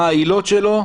מה העילות שלו.